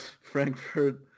Frankfurt